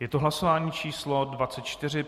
Je to hlasování číslo 24.